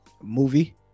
Movie